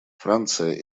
франция